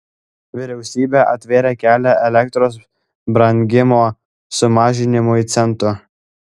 vyriausybė atvėrė kelią elektros brangimo sumažinimui centu